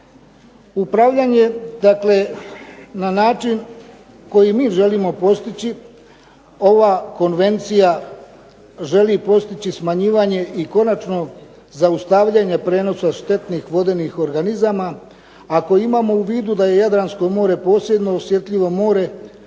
Upravljanje na način koji mi želimo postići ova konvencija želi postići smanjivanje i konačno zaustavljanje prijenosa od štetnih vodenih organizama. Ako imamo u vidu da je Jadransko mora posebno osjetljivo more,